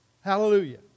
Hallelujah